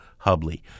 Hubley